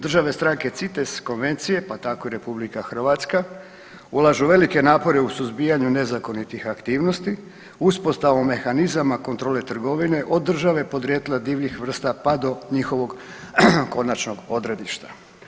Države stranke CITES konvencije, pa tako i Republika Hrvatska ulažu velike napore u suzbijanju nezakonitih aktivnosti uspostavom mehanizama kontrole trgovine od države podrijetla divljih vrsta, pa do njihovog konačnog odredišta.